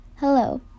Hello